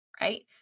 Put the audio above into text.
right